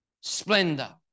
splendor